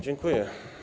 Dziękuję.